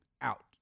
out